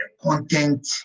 Content